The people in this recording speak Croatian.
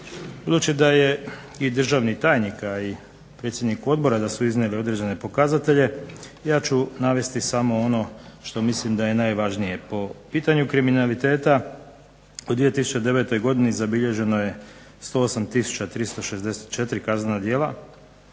Budući da je i državni tajnik, a i predsjednik odbora da su iznijeli određene pokazatelje, ja ću navesti samo ono što mislim da je najvažnije. Po pitanju kriminaliteta u 2009. godini zabilježeno je 108 tisuća 364 kaznena djela,